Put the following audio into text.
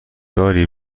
داری